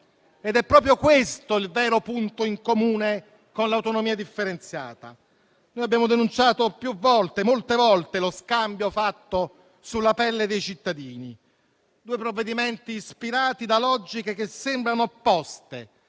ed è proprio questo il vero punto in comune con l'autonomia differenziata. Abbiamo denunciato molte volte lo scambio fatto sulla pelle dei cittadini. Sono due provvedimenti ispirati da logiche che sembrano opposte